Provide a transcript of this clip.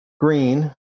Green